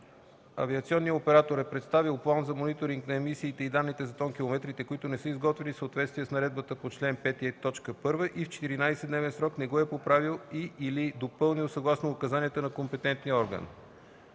авиационният оператор е представил план за мониторинг на емисиите и данните за тонкилометрите, които не са изготвени в съответствие с наредбата по чл. 5, т. 1 и в 14-дневен срок не го е поправил и/или допълнил съгласно указанията на компетентния орган;